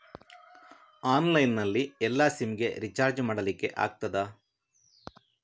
Online ನಲ್ಲಿ ಎಲ್ಲಾ SIM ಗೆ ರಿಚಾರ್ಜ್ ಮಾಡಲಿಕ್ಕೆ ಆಗ್ತದಾ?